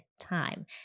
time